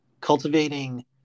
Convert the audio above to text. cultivating